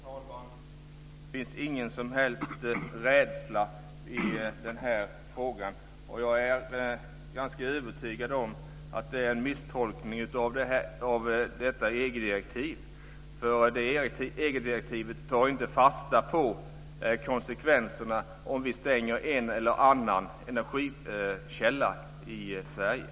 Herr talman! Det finns ingen som helst rädsla i denna fråga. Jag är ganska övertygad om att det är en misstolkning av detta EG-direktiv, eftersom detta EG-direktiv inte tar fasta på konsekvenserna om vi stänger en eller annan energikälla i Sverige.